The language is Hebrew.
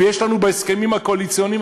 ויש לנו בהסכמים הקואליציוניים,